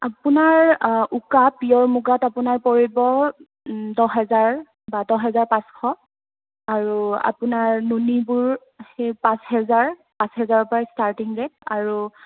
আপোনাৰ উকা পিয়ৰ মুগাত আপোনাৰ পৰিব দহ হাজাৰ বা দহ হাজাৰ পাঁচশ আৰু আপোনাৰ নুনিবোৰ হে পাঁচ হাজাৰ পাঁচ হাজাৰৰ পৰা ষ্টাৰ্টিং ৰে'ট আৰু